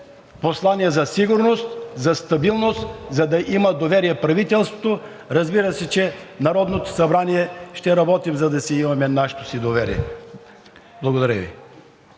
послание за сигурност, за стабилност, за да има доверие в правителството. Разбира се, че в Народното събрание ще работим, за да си имаме нашето си доверие. Благодаря Ви.